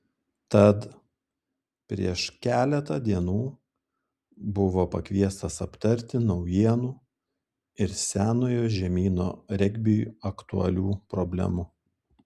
tad prieš keletą dienų buvo pakviestas aptarti naujienų ir senojo žemyno regbiui aktualių problemų